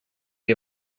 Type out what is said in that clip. est